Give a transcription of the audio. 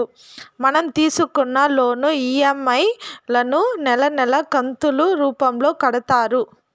మనం తీసుకున్న loan EMI లను నెలా నెలా కంతులు రూపంలో కడతారు